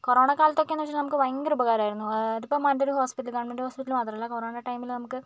കൊറോണക്കാലത്തൊക്കെയാന്ന് വെച്ചാൽ നമുക്ക് ഭയങ്കര ഉപകാരമായിരുന്നു ഇതിപ്പോൾ നല്ലൊരു ഹോസ്പിറ്റല് ഗവൺമെൻ്റ് ഹോസ്പിറ്റല് മാത്രമല്ല കൊറോണ ടൈമിൽ നമുക്ക്